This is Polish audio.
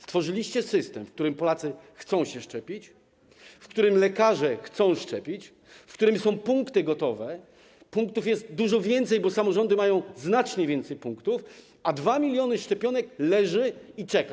Stworzyliście system, w którym Polacy chcą się szczepić, w którym lekarze chcą szczepić, w którym punkty są gotowe, punktów jest dużo więcej, bo samorządy mają znacznie więcej punktów, a 2 mln szczepionek leży i czeka.